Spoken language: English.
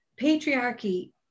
patriarchy